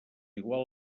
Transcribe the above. igual